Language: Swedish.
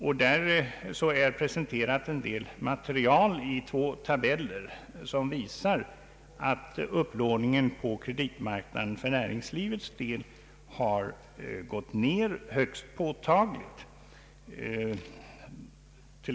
I utlåtandet presenteras en del material i två tabeller som visar att upplåningen på kreditmarknaden för näringslivets del har gått ned högst påtagligt.